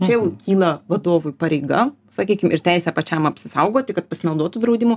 čia jau kyla vadovui pareiga sakykim ir teisę pačiam apsisaugoti kad pasinaudotų draudimu